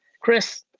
Chris